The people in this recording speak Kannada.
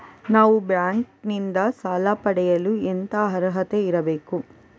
ನಾವು ಬ್ಯಾಂಕ್ ನಿಂದ ಸಾಲ ಪಡೆಯಲು ಎಂತ ಅರ್ಹತೆ ಬೇಕು?